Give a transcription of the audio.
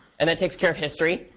and that takes care of history.